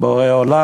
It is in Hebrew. בורא עולם.